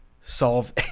solve